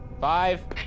five!